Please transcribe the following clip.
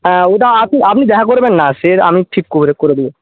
হ্যাঁ ওটা আপনি দেখা করবেন না সে আমি ঠিক করে দেবো